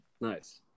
Nice